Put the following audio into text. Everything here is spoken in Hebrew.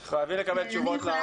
אנחנו חייבים לקבל תשובות.